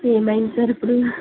ఏమైంది సార్ ఇప్పుడు